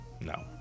No